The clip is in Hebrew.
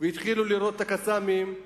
והתחילו לירות "קסאמים"